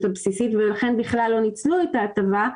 הבסיסית ולכן בכלל לא ניצלו את ההטבה.